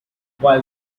while